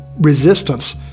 resistance